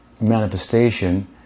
manifestation